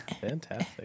Fantastic